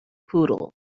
poodle